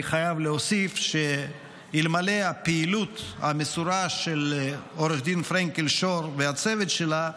אני חייב להוסיף שאלמלא הפעילות המסורה של עו"ד פרנקל שור והצוות שלה,